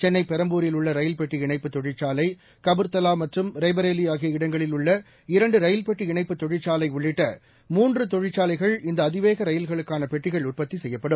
சென்னைபெரம்பூரில் உள்ளரயில்பெட்டி இணைப்புத் தொழிற்சாலை கபுர்தலாமற்றும் ரெய்பரேலிஆகிய இடங்களில் உள்ள இரண்டுரயில்பெட்டி இணைப்புத் தொழிற்சாலைஉள்ளிட்ட மூன்றுதொழிற்சாலைகள் இந்தஅதிவேகரயில்களுக்கானபெட்டிகள் உற்பத்திசெய்யப்படும்